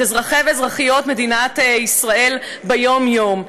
את אזרחי ואזרחיות מדינת ישראל ביום-יום.